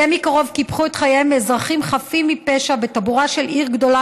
זה מקרוב קיפחו את חייהם אזרחים חפים מפשע בטבורה של עיר גדולה,